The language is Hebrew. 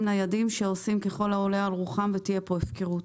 ניידים שעושים ככל העולה על רוחם ותהיה כאן הפקרות.